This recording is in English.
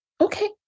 Okay